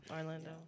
Orlando